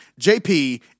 JP